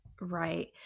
right